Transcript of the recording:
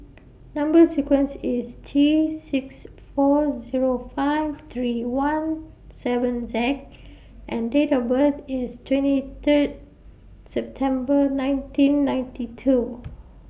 Number sequence IS T six four Zero five three one seven Z and Date of birth IS twenty Third September nineteen ninety two